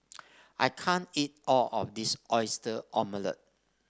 I can't eat all of this Oyster Omelette